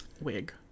Wig